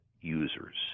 users